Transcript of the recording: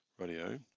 radio